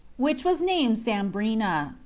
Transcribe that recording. which was named sambrina,